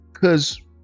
Cause